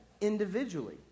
individually